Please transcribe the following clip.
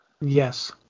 Yes